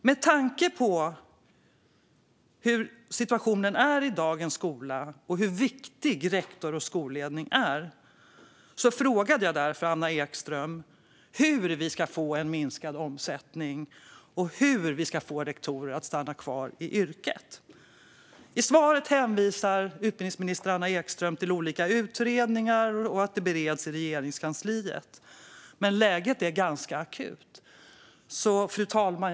Med tanke på hur situationen är i dagens skola och på hur viktig rektor och skolledning är frågade jag Anna Ekström hur vi ska få en minskad omsättning och hur vi ska få rektorer att stanna kvar i yrket. I svaret hänvisar utbildningsminister Anna Ekström till olika utredningar och till att det bereds i Regeringskansliet, men läget är ganska akut. Fru talman!